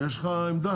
יש לך עמדה?